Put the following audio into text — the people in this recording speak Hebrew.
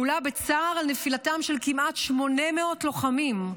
מהולה בצער על נפילתם של כמעט 800 לוחמים,